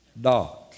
dot